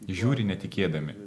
žiūri netikėdami